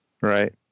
Right